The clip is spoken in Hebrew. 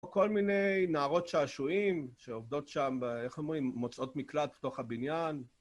כל מיני נערות שעשועים שעובדות שם, איך אומרים, מוצאות מקלט בתוך הבניין.